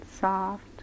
soft